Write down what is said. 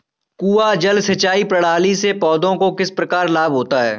कुआँ जल सिंचाई प्रणाली से पौधों को किस प्रकार लाभ होता है?